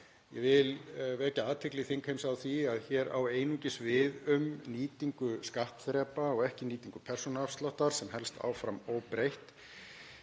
Ég vil vekja athygli þingheims á því að hér á einungis við um nýtingu skattþrepa og ekki nýtingu persónuafsláttar sem helst áfram óbreytt.